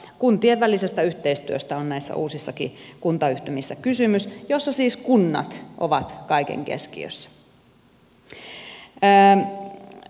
kuntien välisestä yhteistyöstä on näissä uusissakin kuntayhtymissä kysymys joissa siis kunnat ovat kaiken keskiössä